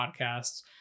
podcasts